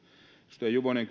edustaja juvonen